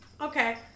Okay